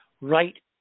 right